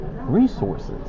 resources